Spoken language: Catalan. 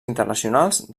internacionals